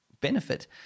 benefit